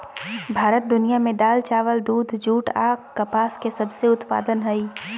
भारत दुनिया में दाल, चावल, दूध, जूट आ कपास के सबसे उत्पादन हइ